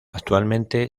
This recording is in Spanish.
actualmente